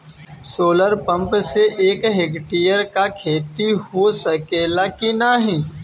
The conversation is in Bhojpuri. सोलर पंप से एक हेक्टेयर क खेती हो सकेला की नाहीं?